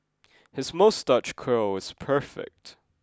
his moustache curl is perfect